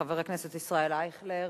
חבר הכנסת ישראל אייכלר,